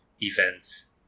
events